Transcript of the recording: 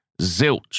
zilch